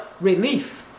relief